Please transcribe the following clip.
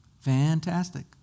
Fantastic